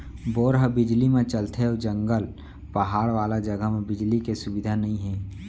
bore ह बिजली म चलथे अउ जंगल, पहाड़ वाला जघा म बिजली के सुबिधा नइ हे